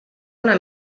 una